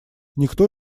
никто